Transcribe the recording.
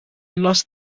lost